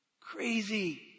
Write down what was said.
crazy